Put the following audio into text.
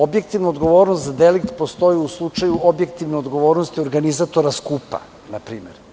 Objektivna odgovornost za delikt postoji u slučaju objektivne odgovornosti organizatora skupa, na primer.